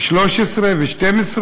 ב-2013 וב-2012.